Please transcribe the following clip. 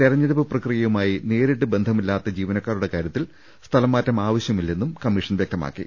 തെരഞ്ഞെടുപ്പ് പ്രക്രിയയുമായി നേരിട്ട് ബന്ധമില്ലാത്ത ജീവനക്കാരുടെ കാര്യത്തിൽ സ്ഥലം മാറ്റം ആവശ്യമില്ലെന്നും കമ്മീഷൻ വ്യക്തമാക്കി